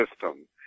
system